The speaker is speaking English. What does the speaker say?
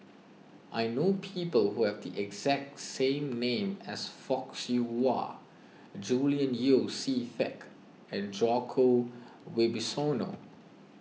I know people who have the exact same name as Fock Siew Wah Julian Yeo See Teck and Djoko Wibisono